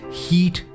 heat